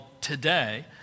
today